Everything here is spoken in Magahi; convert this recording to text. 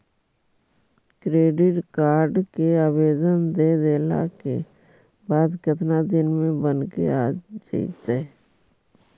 क्रेडिट कार्ड के आवेदन दे देला के बाद केतना दिन में बनके आ जइतै?